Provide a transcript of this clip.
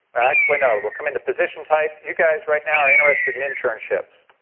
actually no, we'll come into position type. you guys right now are interested in internships.